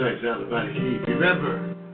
Remember